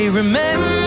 remember